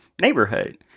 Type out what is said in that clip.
neighborhood